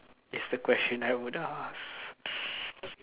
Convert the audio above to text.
is the question I would ask